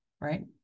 right